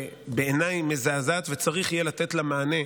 שבעיניי היא מזעזעת וצריך יהיה לתת לה מענה,